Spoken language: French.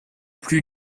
plus